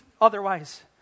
otherwise